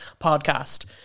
podcast